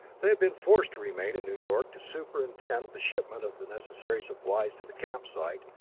they had been forced to remain in new york to superintend the shipment of the necessary supplies to the camp site,